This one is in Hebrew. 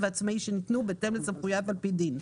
העצמאי שניתנו בהתאם לסמכויותיו על פי דין.